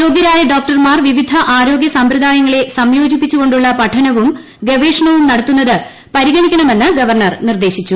യോഗ്യരായ ഡോക്ടർമാർ വിവിധ ആരോഗ്യ സമ്പ്രദായങ്ങളെ സംയോജിപ്പിച്ചുകൊണ്ടുള്ള പഠനവും ഗവേഷണവും നടത്തുന്നത് പരിഗണിക്കണമെന്ന് ഗവർണർ നിർദേശിച്ചു